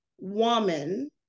woman